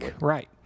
right